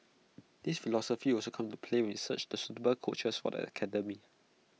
this philosophy will also come into play we search for suitable coaches for the academy